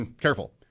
careful